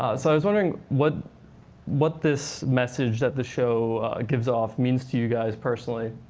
ah so i was wondering what what this message that the show gives off means to you guys personally?